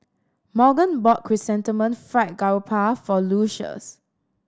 Morgan bought Chrysanthemum Fried Garoupa for Lucius